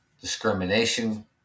discrimination